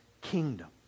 kingdom